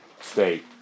state